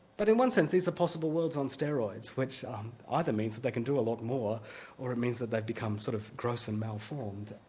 but in one sense these are possible worlds on steroids, which um ah either means they can do a lot more or it means they've become sort of gross and malformed.